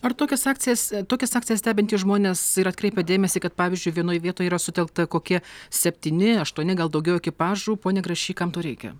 ar tokias akcijas tokias akcijas stebintys žmonės ir atkreipia dėmesį kad pavyzdžiui vienoj vietoj yra sutelkta kokie septyni aštuoni gal daugiau ekipažų ponia grašy kam to reikia